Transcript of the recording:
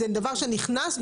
זה דבר שנכנס?